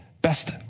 best